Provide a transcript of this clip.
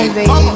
Baby